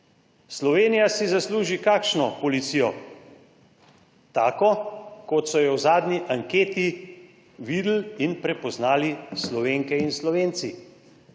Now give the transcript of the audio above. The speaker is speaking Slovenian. Slovenija si zasluži kakšno policijo? Tako kot so jo v zadnji anketi videli in prepoznali Slovenke in Slovenci.